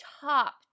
top